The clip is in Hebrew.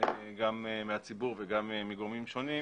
גם מהציבור וגם מגורמים שונים,